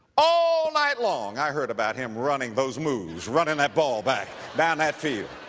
all night long i heard about him running those moves, running that ball back down that field.